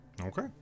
Okay